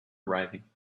arriving